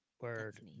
word